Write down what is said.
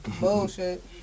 Bullshit